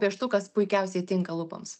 pieštukas puikiausiai tinka lūpoms